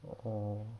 oh